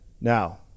now